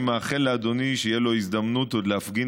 אני מאחל לאדוני שתהיה לו הזדמנות להפגין